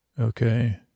Okay